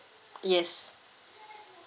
yes